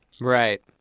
Right